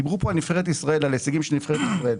דיברו פה על ההישגים של נבחרת ישראל.